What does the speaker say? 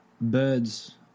birds